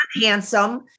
handsome